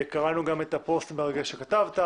קראנו גם את הפוסט המרגש שכתבת,